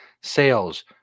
sales